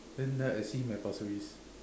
then after that I see him at Pasir-Ris